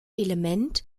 element